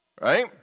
Right